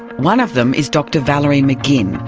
one of them is dr valerie mcginn,